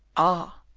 ah!